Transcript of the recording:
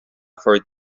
for